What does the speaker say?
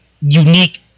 unique